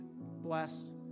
blessed